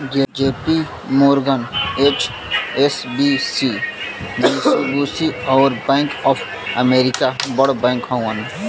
JP Morgan, HSBC, Mitsubishi, अउर bank of America बड़ bank हउवन